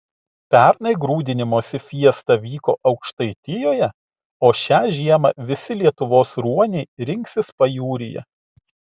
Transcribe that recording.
pernai grūdinimosi fiesta vyko aukštaitijoje o šią žiemą visi lietuvos ruoniai rinksis pajūryje